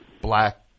Black